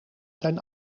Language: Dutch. zijn